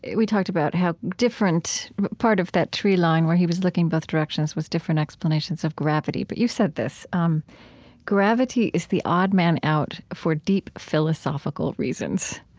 we talked about how different part of that tree line where he was looking both directions was different explanations of gravity. but you said this um gravity is the odd man out for deep philosophical reasons.